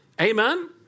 Amen